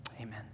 amen